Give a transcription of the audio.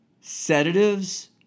sedatives